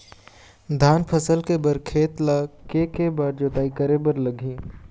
धान फसल के बर खेत ला के के बार जोताई करे बर लगही?